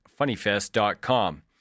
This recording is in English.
funnyfest.com